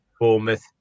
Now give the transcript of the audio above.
Bournemouth